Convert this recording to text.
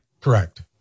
Correct